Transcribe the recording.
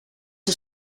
het